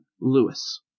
Lewis